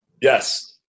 Yes